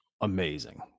amazing